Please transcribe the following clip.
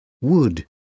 wood